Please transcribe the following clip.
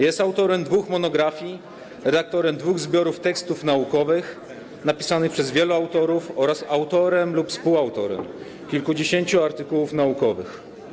Jest autorem dwóch monografii, redaktorem dwóch zbiorów tekstów naukowych napisanych przez wielu autorów oraz autorem lub współautorem kilkudziesięciu artykułów naukowych.